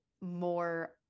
more